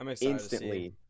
instantly